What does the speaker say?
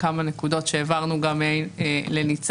כמה נקודות שהעברנו לניצן,